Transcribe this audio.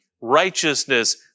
righteousness